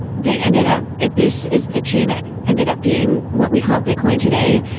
they ended up if this is the chain that ended up being what we call bitcoin today,